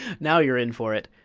now you're in for it!